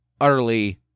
utterly